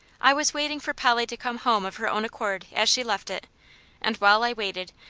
i was waiting for polly to come home of her own accord, as she left it and while i waited,